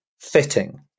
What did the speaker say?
fitting